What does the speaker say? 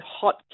hot